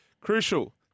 Crucial